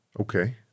Okay